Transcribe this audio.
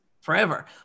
forever